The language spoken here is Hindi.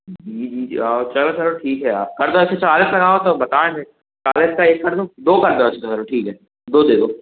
जी जी जी हाँ चलो चलो ठीक है यार कर दो ऐसे चालीस लगाओ तो बताएँ फिर चालीस का एक कर दो दो कर दो अच्छा चलो ठीक है दो दे दो